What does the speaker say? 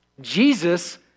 Jesus